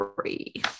three